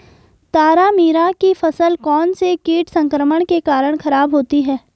तारामीरा की फसल कौनसे कीट संक्रमण के कारण खराब होती है?